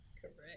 Correct